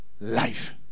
life